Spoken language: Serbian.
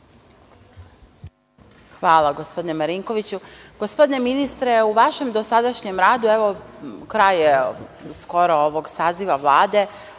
Hvala, gospodine Marinkoviću. Gospodine ministre, u vašem dosadašnjem radu, evo skoro je kraj ovog saziva Vlade,